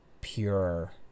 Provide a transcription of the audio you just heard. pure